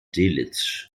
delitzsch